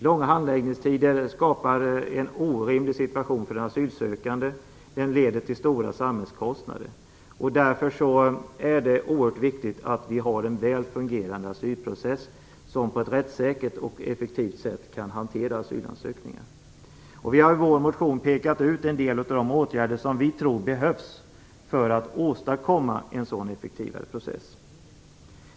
Långa handläggningstider skapar en orimlig situation för den asylsökande, vilket leder till stora samhällskostnader. Därför är det oerhört viktigt att man har en väl fungerande asylprocess där man på ett rättssäkert och effektivt sätt kan hantera asylansökningar. Vi har i vår motion pekat ut de åtgärder som vi tror behövs för att man skall kunna åstadkomma en sådan effektivare process.